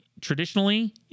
Traditionally